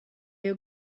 you